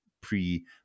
pre